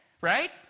Right